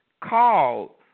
call